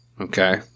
Okay